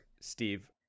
Steve